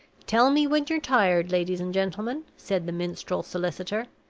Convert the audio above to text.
tell me when you're tired, ladies and gentlemen, said the minstrel solicitor.